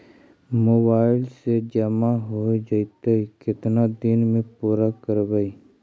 Mobile से जामा हो जैतय, केतना दिन में पुरा करबैय?